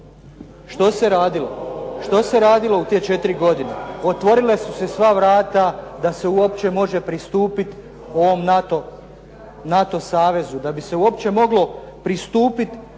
Što se radilo u te 4 godine? Otvorila su se sva vrata da se uopće može pristupiti ovom NATO savezu, da bi se uopće moglo pristupiti